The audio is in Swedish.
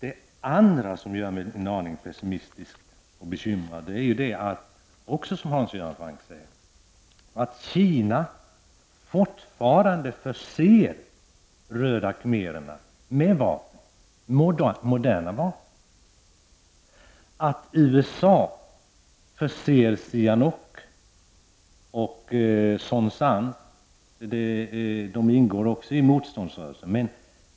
En annan sak som gör mig en aning pessimistisk och bekymrad är, som Hans Göran Franck också sade, att Kina fortfarande förser röda khmererna med moderna vapen och att USA förser Sinhansuk och Song San.